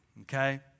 Okay